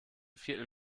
viertel